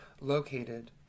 located